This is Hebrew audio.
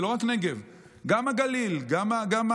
זה לא רק נגב, גם הגליל, גם גולן,